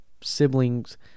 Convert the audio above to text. siblings